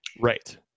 Right